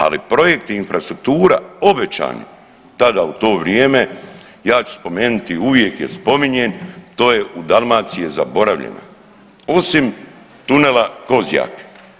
Ali projekti i infrastruktura obećani tada u to vrijeme ja ću spomenuti, uvijek je spominjem, to je, u Dalmaciji je zaboravljeno osim tunela Kozjak.